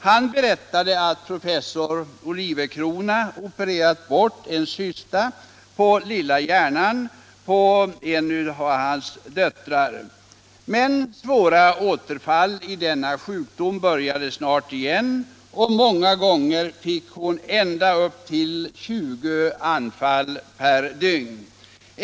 Han berättade att professor Olivecrona opererat bort en cysta på lilla hjärnan på en av hans döttrar. Men svåra återfall i denna sjukdom började snart och många gånger fick hon ända upp till 20 anfall per dygn.